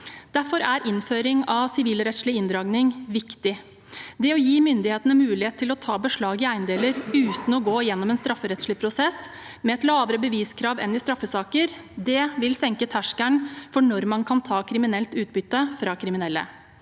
Derfor er innføring av sivilrettslig inndragning viktig. Det å gi myndighetene mulighet til å ta beslag i eiendeler uten å gå gjennom en strafferettslig prosess, med et lavere beviskrav enn i straffesaker, vil senke terskelen for når man kan ta kriminelt utbytte fra kriminelle